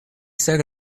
sage